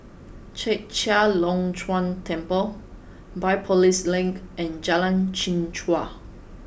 Chek Chai Long Chuen Temple Biopolis Link and Jalan Chichau